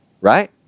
right